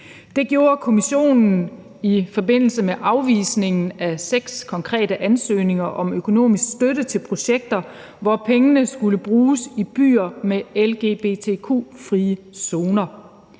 Det gjorde Kommissionen i forbindelse med afvisningen af seks konkrete ansøgninger om økonomisk støtte til projekter, hvor pengene skulle bruges i byer med lgbtq-frie zoner.